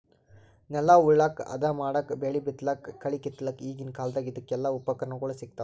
ನೆಲ ಉಳಲಕ್ಕ್ ಹದಾ ಮಾಡಕ್ಕಾ ಬೆಳಿ ಬಿತ್ತಲಕ್ಕ್ ಕಳಿ ಕಿತ್ತಲಕ್ಕ್ ಈಗಿನ್ ಕಾಲ್ದಗ್ ಇದಕೆಲ್ಲಾ ಉಪಕರಣಗೊಳ್ ಸಿಗ್ತಾವ್